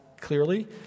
clearly